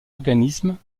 organismes